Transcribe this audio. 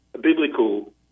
biblical